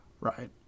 Right